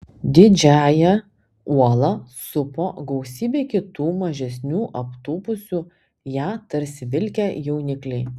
didžiąją uolą supo gausybė kitų mažesnių aptūpusių ją tarsi vilkę jaunikliai